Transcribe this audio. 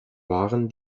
waren